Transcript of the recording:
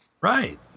Right